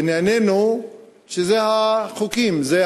ונענינו שאלה החוקים, אלה